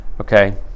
Okay